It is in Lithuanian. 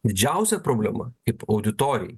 didžiausia problema kaip auditorijai